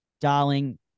Darling